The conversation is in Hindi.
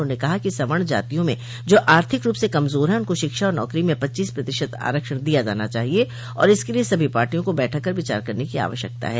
उन्होंने कहा कि सवर्ण जातियों में जो आर्थिक रूप से कमजोर है उनको शिक्षा और नौकरी में पच्चीस प्रतिशत आरक्षण दिया जाना चाहिए और इसके लिए सभी पार्टियों को बैठक कर विचार करने की आवश्यकता है